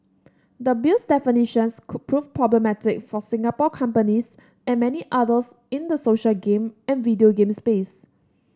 the Bill's definitions could prove problematic for Singapore companies and many others in the social game and video game space